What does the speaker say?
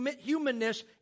humanness